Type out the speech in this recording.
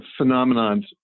phenomenons